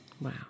Wow